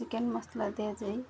chicken masala ଦିଆଯାଇ